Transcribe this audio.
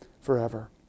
forever